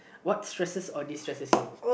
what stresses or distresses you